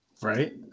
Right